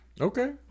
Okay